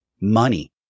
money